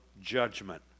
judgment